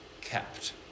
kept